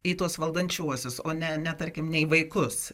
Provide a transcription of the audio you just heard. į tuos valdančiuosius o ne ne tarkim ne į vaikus